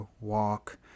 walk